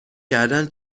کردن